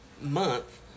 month